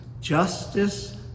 justice